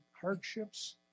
hardships